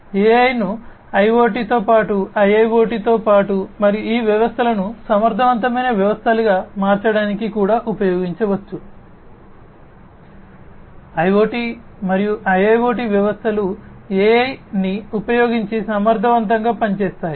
AI ను IoT తో పాటు IIoT తో పాటు మరియు ఈ వ్యవస్థలను సమర్థవంతమైన వ్యవస్థలుగా మార్చడానికి కూడా ఉపయోగించవచ్చు IoT మరియు IIoT వ్యవస్థలు AI ని ఉపయోగించి సమర్థవంతంగా పనిచేస్తాయి